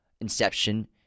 Inception